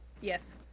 Yes